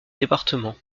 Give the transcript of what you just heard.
département